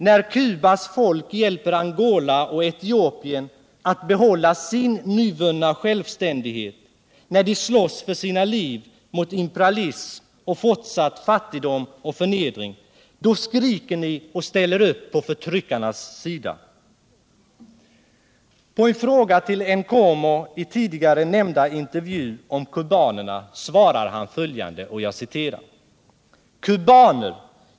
När Cubas folk hjälper Angola och Etiopien att behålla sin nyvunna självständighet då de slåss för sina liv mot imperialism och fortsatt fattigdom och förnedring, så skriker ni och ställer upp på förtryckarnas sida. På en fråga till Nkomo i den tidigare nämnda intervjun om kubanerna svarar han följande: ”Kubaner!